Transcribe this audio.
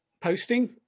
posting